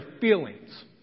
feelings